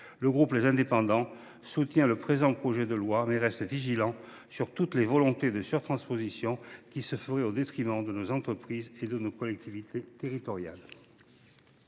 Le groupe Les Indépendants soutient le présent projet de loi, mais reste vigilant vis à vis de toute volonté de surtransposition qui se ferait au détriment de nos entreprises et de nos collectivités territoriales.